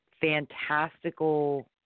fantastical